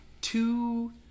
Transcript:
two